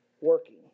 working